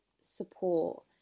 support